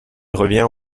revient